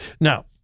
Now